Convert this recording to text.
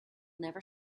never